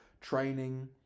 training